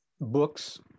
books